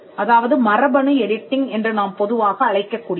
அதாவது மரபணு எடிட்டிங் என்று நாம் பொதுவாக அழைக்கக் கூடியது